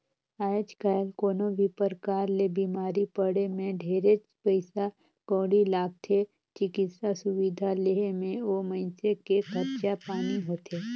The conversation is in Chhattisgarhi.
आयज कायल कोनो भी परकार ले बिमारी पड़े मे ढेरेच पइसा कउड़ी लागथे, चिकित्सा सुबिधा लेहे मे ओ मइनसे के खरचा पानी होथे